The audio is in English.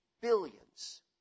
Billions